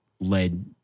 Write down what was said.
led